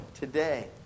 today